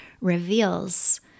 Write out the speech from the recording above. reveals